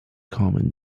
common